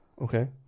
Okay